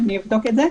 אני אבדוק את זה.